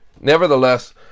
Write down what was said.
Nevertheless